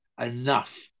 enough